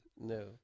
No